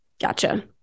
gotcha